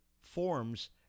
forms